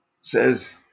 says